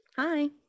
hi